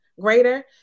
greater